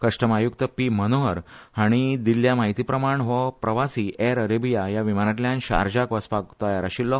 कस्टम आयुक्त पी मनोहर हांणी दिल्ले माहिती प्रमाण हो प्रवासी एर अरेबिया ह्या विमानांतल्यान शारजाक वचपाक तयार आसलो